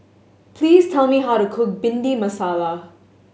please tell me how to cook Bhindi Masala